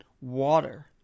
water